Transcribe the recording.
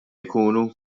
jkunu